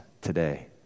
today